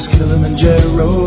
Kilimanjaro